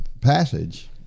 passage